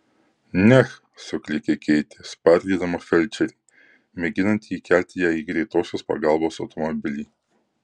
neh suklykė keitė spardydama felčerį mėginantį įkelti ją į greitosios pagalbos automobilį